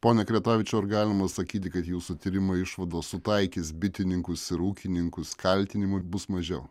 pone kretavičiau ar galima sakyti kad jūsų tyrimo išvados sutaikys bitininkus ir ūkininkus kaltinimų ir bus mažiau